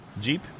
Jeep